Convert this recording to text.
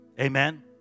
Amen